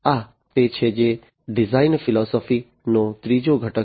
આ તે છે જે ડિઝાઇન ફિલોસોફી નો ત્રીજો ઘટક છે